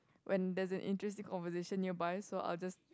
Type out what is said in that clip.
when there's an interesting conversation nearby so I will just